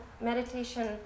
meditation